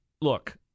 Look